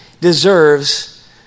deserves